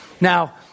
Now